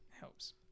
helps